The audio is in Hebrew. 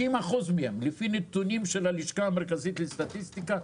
לפי נתונים של הלשכה המרכזית לסטטיסטיקה,